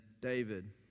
David